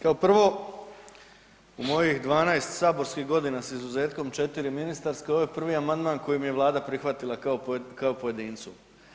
Kao prvo u mojih 12 saborskih godina sa izuzetkom četiri ministarske ovo je prvi amandman koji mi je Vlada prihvatila kao pojedincu.